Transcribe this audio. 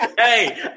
Hey